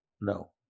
no